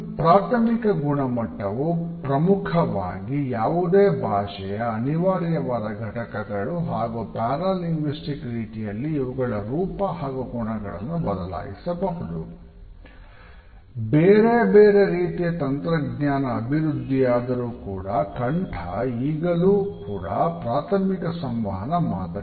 ಪ್ರಾಥಮಿಕ ಗುಣಮಟ್ಟವು ಪ್ರಮುಖವಾಗಿ ಯಾವುದೇ ಭಾಷೆಯ ಅನಿವಾರ್ಯವಾದ ಘಟಕಗಳು ಹಾಗು ಪ್ಯಾರಾ ಲಿಂಗ್ವಿಸ್ಟಿಕ್ ರೀತಿಯಲ್ಲಿ ಇವುಗಳ ರೂಪ ಹಾಗು ಗುಣಗಳನ್ನು ಬದಲಾಯಿಸಬಹುದು ಬೇರೆ ಬೇರೆ ರೀತಿಯ ತಂತ್ರಜ್ಞಾನ ಅಭಿವೃದ್ಧಿಯಾದರೂ ಕೂಡ ಕಂಠ ಈಗಲೂ ಕೂಡ ಪ್ರಾಥಮಿಕ ಸಂವಹನ ಮಾದರಿಯಾಗಿದೆ